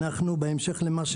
אנחנו עם 18